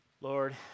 Lord